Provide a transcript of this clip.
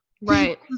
Right